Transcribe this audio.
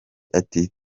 ati